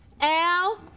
Al